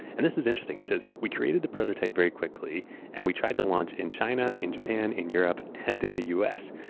and this is interesting. he says, aeuroewe created the prototype very quickly and we tried to launch in china, in japan, in europe, and in the us,